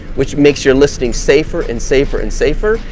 which makes your listing safer and safer and safer,